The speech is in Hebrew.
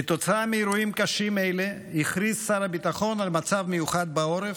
כתוצאה מאירועים קשים אלה הכריז שר הביטחון על מצב מיוחד בעורף,